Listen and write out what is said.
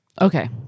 Okay